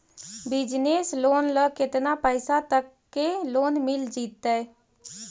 Business loan ल केतना पैसा तक के लोन मिल जितै?